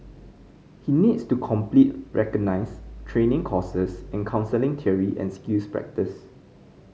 he needs to complete recognised training courses in counselling theory and skills practice